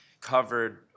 covered